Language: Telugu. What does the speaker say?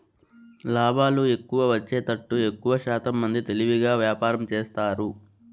లాభాలు ఎక్కువ వచ్చేతట్టు ఎక్కువశాతం మంది తెలివిగా వ్యాపారం చేస్తారు